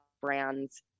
brands